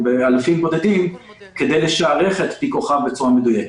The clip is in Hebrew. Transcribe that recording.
הוא באלפים בודדים כדי לשערך את *P בצורה מדויקת,